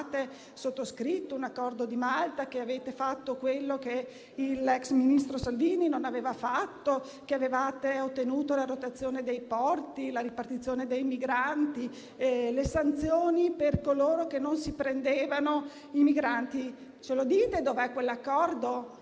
avevate sottoscritto un accordo con Malta, facendo quello che l'ex ministro Salvini non aveva fatto e ottenendo la rotazione dei porti, la ripartizione dei migranti e le sanzioni per coloro che non si prendevano i migranti. Ci dite dov'è quell'accordo?